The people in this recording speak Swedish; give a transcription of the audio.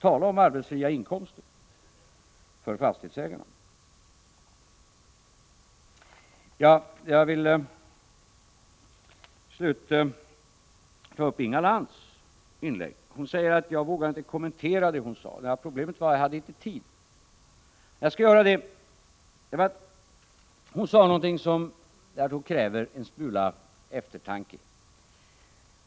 Tala om arbetsfria inkomster för fastighetsägarna! Jag vill till slut ta upp Inga Lantz inlägg. Hon säger att jag inte vågar kommentera det hon sade. Problemet var att jag inte hade tid att göra det. Men nu skall jag göra det. Hon sade någonting som jag tror kräver en smula eftertanke.